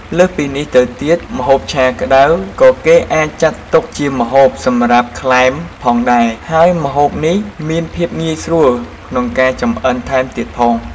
លើសពីនេះទៅទៀតម្ហូបឆាក្តៅក៏គេអាចចាត់ទុកជាម្ហូបសម្រាប់ក្លែមផងដែរ ហើយម្ហូបនេះមានភាពងាយស្រួលក្នុងការចម្អិនថែមទៀតផង។